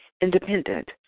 independent